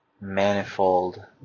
manifold